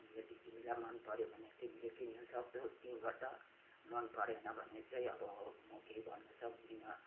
यदि तिमीलाई मनपऱ्यो भने तिमीले किन्नु सक्छौ त्यहीबाट मनपरेन भने चाहिँ अब म केही भन्नु सक्दिनँ